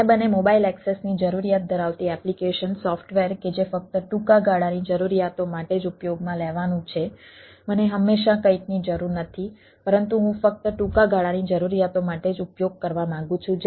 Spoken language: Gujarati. વેબ અને મોબાઇલ એક્સેસની જરૂરિયાત ધરાવતી એપ્લિકેશન સોફ્ટવેર કે જે ફક્ત ટૂંકા ગાળાની જરૂરિયાતો માટે જ ઉપયોગમાં લેવાનું છે મને હંમેશા કંઈકની જરૂર નથી પરંતુ હું ફક્ત ટૂંકા ગાળાની જરૂરિયાતો માટે જ ઉપયોગ કરવા માંગુ છું